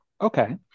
Okay